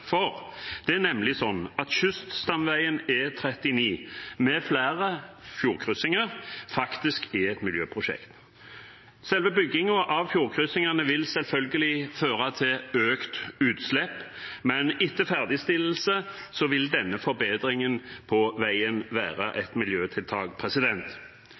Det er nemlig sånn at kyststamveien E39, med flere fjordkryssinger, faktisk er et miljøprosjekt. Selve byggingen av fjordkryssingene vil selvfølgelig føre til økte utslipp, men etter ferdigstillelse vil denne forbedringen på veien være